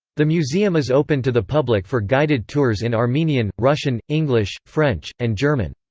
the museum is open to the public for guided tours in armenian, russian, english, french, and german.